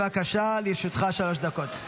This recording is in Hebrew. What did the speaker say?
בבקשה, לרשותך שלוש דקות.